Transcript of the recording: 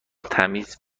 تمیز